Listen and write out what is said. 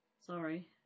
Sorry